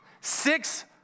Six